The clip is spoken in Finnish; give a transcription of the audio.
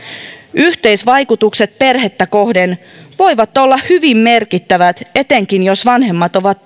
yhteisvaikutukset perhettä kohden voivat olla hyvin merkittävät etenkin jos vanhemmat ovat